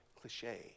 cliche